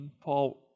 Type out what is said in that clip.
Paul